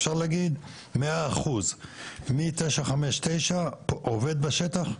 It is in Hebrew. אפשר להגיד -100% מ-959 עובד בשטח?